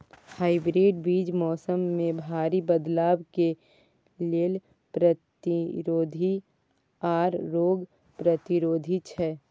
hybrid बीज मौसम में भारी बदलाव के लेल प्रतिरोधी आर रोग प्रतिरोधी छै